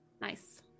nice